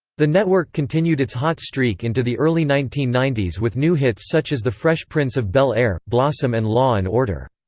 the network continued its hot streak into the early nineteen ninety s with new hits such as the fresh prince of bel-air, blossom and law and order.